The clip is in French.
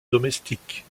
domestique